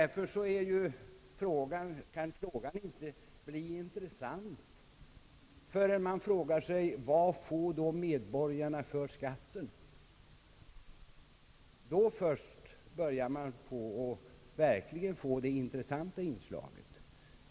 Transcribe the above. Resonemanget kan inte bli intressant förr-. än man frågar sig: Vad får då medborgarna för skatten?